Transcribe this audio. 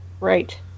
right